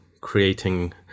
creating